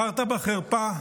בחרת בחרפה,